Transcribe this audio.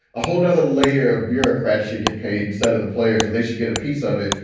a whole nother layer of bureaucrats should get paid instead of the players. so they should get a piece of it.